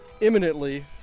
imminently